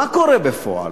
מה קורה בפועל?